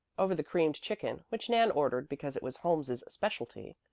over the creamed chicken, which nan ordered because it was holmes's specialty,